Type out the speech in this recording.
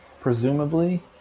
Presumably